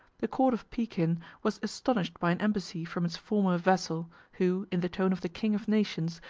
the court of pekin was astonished by an embassy from its former vassal, who, in the tone of the king of nations,